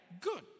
Good